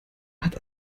hat